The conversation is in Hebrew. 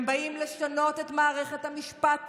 הם באים לשנות את מערכת המשפט